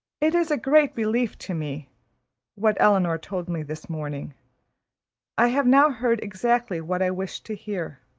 it is a great relief to me what elinor told me this morning i have now heard exactly what i wished to hear.